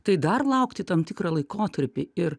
tai dar laukti tam tikrą laikotarpį ir